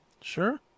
Sure